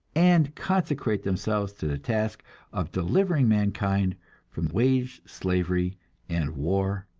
and consecrate themselves to the task of delivering mankind from wage slavery and war?